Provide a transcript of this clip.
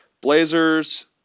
Blazers